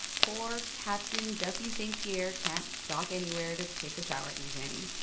poor captain duffy st. pierre can't dock anywhere to take a shower, even.